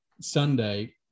Sunday